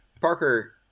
Parker